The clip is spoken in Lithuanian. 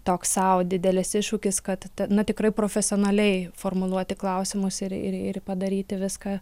toks sau didelis iššūkis kad na tikrai profesionaliai formuluoti klausimus ir ir ir padaryti viską